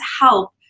help